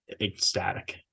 ecstatic